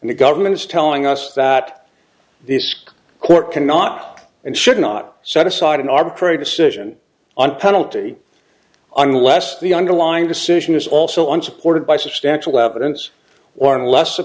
and the government is telling us that this court cannot and should not set aside an arbitrary decision on penalty unless the underlying decision is also unsupported by substantial evidence or unless a